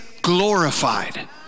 glorified